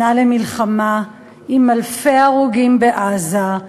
שנה למלחמה עם אלפי הרוגים בעזה,